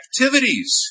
activities